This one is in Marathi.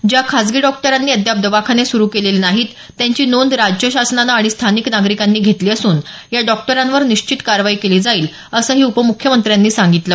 ज्या खासगी डॉक्टरांनी अद्याप दवाखाने सुरु केलेले नाहीत त्यांची नोंद राज्य शासनानं आणि स्थानिक नागरिकांनी घेतली असून या डॉक्टरांवर निश्चित कारवाई केली जाईल असंही उपम्ख्यमंत्र्यांनी सांगितलं